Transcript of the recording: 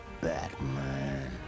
Batman